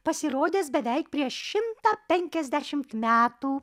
pasirodęs beveik prieš šimtą penkiasdešimt metų